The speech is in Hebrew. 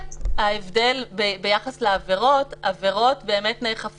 על כל עבירה אפשר לכתוב את זה.